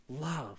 Love